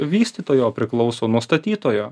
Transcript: vystytojo priklauso nuo statytojo